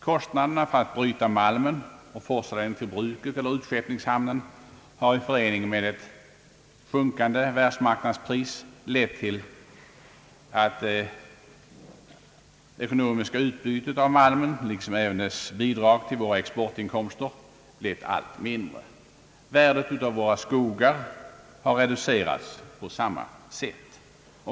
Kostnaderna för att bryta malmen och forsla den till bruket eller utskeppningshamnen har i förening med ett sjunkande världsmarknadspris lett till att det ekonomiska utbytet av malmen liksom även dess bidrag till våra exportinkomster blivit allt mindre. Värdet av våra skogar har reducerats på samma sätt.